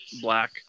black